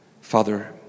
Father